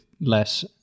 less